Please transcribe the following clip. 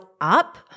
up